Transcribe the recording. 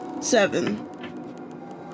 Seven